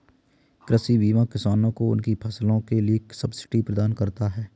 कृषि बीमा किसानों को उनकी फसलों के लिए सब्सिडी प्रदान करता है